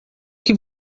que